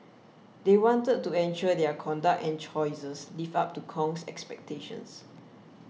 they wanted to ensure their conduct and choices lived up to Kong's expectations